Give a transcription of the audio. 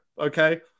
okay